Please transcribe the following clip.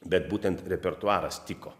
bet būtent repertuaras tiko